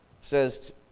says